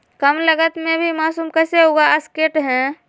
कम लगत मे भी मासूम कैसे उगा स्केट है?